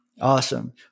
Awesome